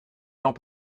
lampe